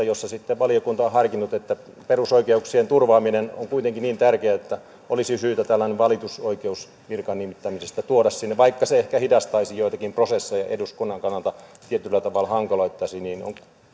jossa sitten valiokunta on harkinnut että perusoikeuksien turvaaminen on kuitenkin niin tärkeää että olisi syytä tällainen valitusoikeus virkaan nimittämisestä tuoda sinne vaikka se ehkä hidastaisi joitakin prosesseja ja eduskunnan kannalta tietyllä tavalla hankaloittaisi niin on